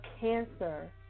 cancer